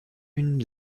une